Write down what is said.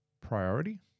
priority